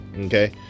okay